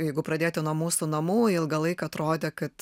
jeigu pradėti nuo mūsų namų ilgą laiką atrodė kad